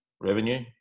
revenue